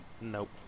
Nope